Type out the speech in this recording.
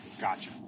gotcha